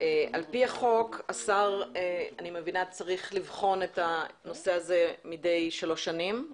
על פי החוק השר צריך לבחון את הנושא הזה מדי שלוש שנים.